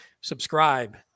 subscribe